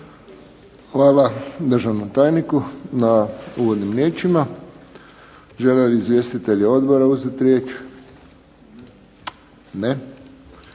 Hvala državnom tajniku na uvodnim riječima. Žele li izvjestitelji odbora uzeti riječ? Ne.